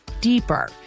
deeper